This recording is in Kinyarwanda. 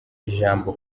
ijambo